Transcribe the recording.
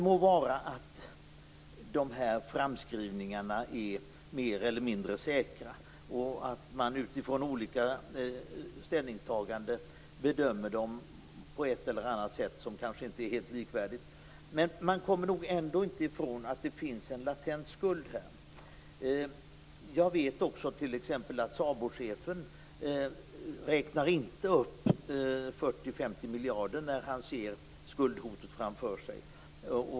Må vara att framskrivningarna är mer eller mindre säkra och att man utifrån olika ställningstaganden bedömer dem på ett eller annat sätt som kanske inte är helt likvärdigt. Men man kommer nog ändå inte ifrån att det finns en latent skuld. Jag vet t.ex. att SABO chefen inte räknar upp 40-50 miljarder när han ser skuldhotet framför sig.